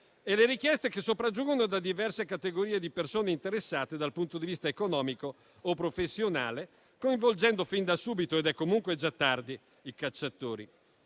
e le richieste che sopraggiungono da diverse categorie di persone interessate dal punto di vista economico o professionale, coinvolgendo fin da subito - ed è comunque già tardi - i cacciatori.